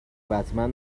بتمن